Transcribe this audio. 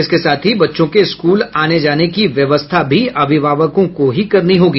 इसके साथ ही बच्चों के स्कूल आने जाने की व्यवस्था भी अभिभावकों को ही करनी होगी